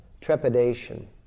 trepidation